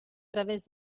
través